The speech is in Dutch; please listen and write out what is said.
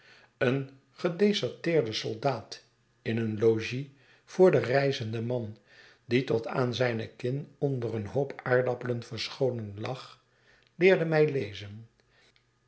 een gedeserteerde soldaat in een logies voor den reizenden man die tot aan zijne kin onder een hoop aardappelen verscholen lag leerde mij lezen